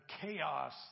chaos